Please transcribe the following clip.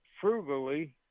frugally